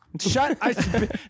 Shut